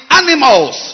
animals